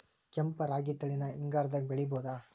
ಕೆಂಪ ರಾಗಿ ತಳಿನ ಹಿಂಗಾರದಾಗ ಬೆಳಿಬಹುದ?